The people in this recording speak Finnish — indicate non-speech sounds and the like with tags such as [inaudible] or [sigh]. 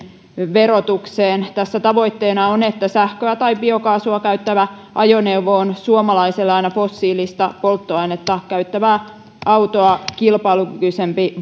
verotukseen tässä tavoitteena on että sähköä tai biokaasua käyttävä ajoneuvo on suomalaiselle aina fossiilista polttoainetta käyttävää autoa kilpailukykyisempi [unintelligible]